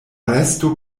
resto